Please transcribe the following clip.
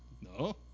no